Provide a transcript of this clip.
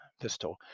Pistol